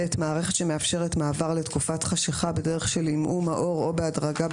מערכת שמאפשרת מעבר לתקופת חשיכה בדרך של עמעום האור או בהדרגה,